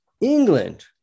England